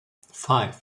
five